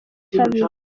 kabiri